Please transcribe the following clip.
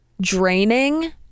draining